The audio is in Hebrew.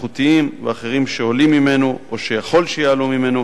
בטיחותיים ואחרים שעולים ממנו או שיכול שיעלו ממנו,